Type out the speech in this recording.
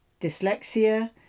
dyslexia